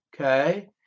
Okay